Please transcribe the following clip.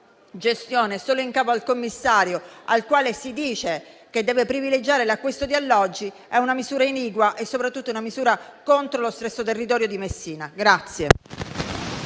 gestione in capo solo al commissario, al quale si dice che deve privilegiare l'acquisto di alloggi, è una misura iniqua ed è soprattutto una misura contro lo stesso territorio di Messina.